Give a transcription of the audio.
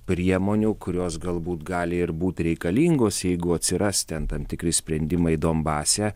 priemonių kurios galbūt gali ir būt reikalingos jeigu atsiras ten tam tikri sprendimai donbase